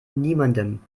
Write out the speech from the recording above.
niemandem